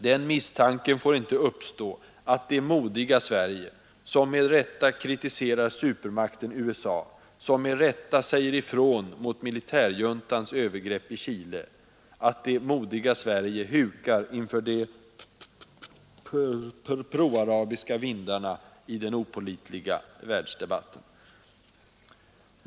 Den misstanken får inte uppstå att det modiga Sverige, som med rätta kritiserar supermakten USA, som med rätta säger ifrån mot militärjuntans övergrepp i Chile, hukar inför de proarabiska vindarna i den opålitliga världsdebatten.